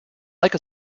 like